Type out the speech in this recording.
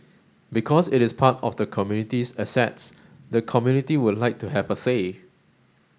because it is part of the community's assets the community would like to have a say